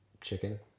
chicken